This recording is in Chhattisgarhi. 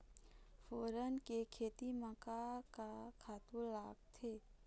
फोरन के खेती म का का खातू लागथे?